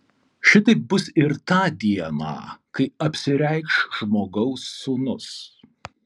šitaip bus ir tą dieną kai apsireikš žmogaus sūnus